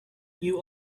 you